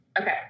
Okay